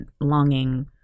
longing